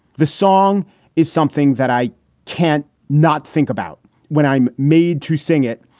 the song is something that i can't not think about when i'm made to sing it.